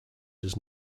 does